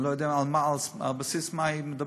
אני לא יודע על בסיס מה היא אומרת.